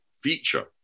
feature